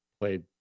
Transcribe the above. played